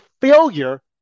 failure